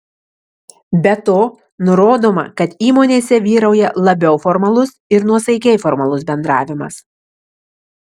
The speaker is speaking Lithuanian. be to nurodoma kad įmonėse vyrauja labiau formalus ir nuosaikiai formalus bendravimas